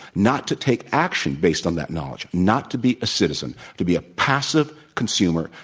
not to take action based on that knowledge, not to be a citizen, to be a passive consumer,